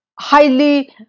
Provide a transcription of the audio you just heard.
highly